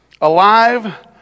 alive